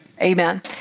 Amen